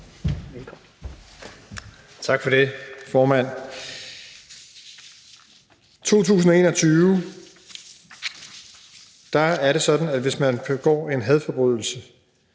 Tak for det, formand. I 2021 er det sådan, at hvis man begår en hadforbrydelse